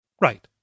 Right